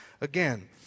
again